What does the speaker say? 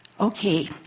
Okay